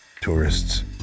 tourists